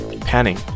panning